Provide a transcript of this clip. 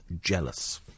jealous